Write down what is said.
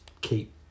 keep